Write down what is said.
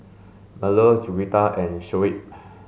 Melur Juwita and Shoaib